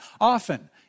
often